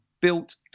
built